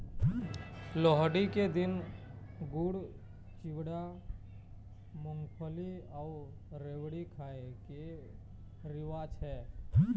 लोहड़ी के दिन गुड़, चिवड़ा, मूंगफली अउ रेवड़ी खाए के रिवाज हे